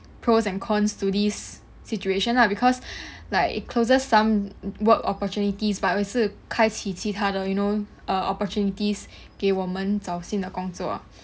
pros and cons to this situation lah because like it closes some work opportunities but 也是开起其他的 you know err opportunities 给我们找新的工作